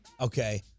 Okay